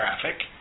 traffic